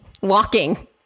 walking